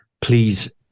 please